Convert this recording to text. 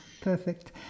perfect